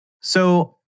So-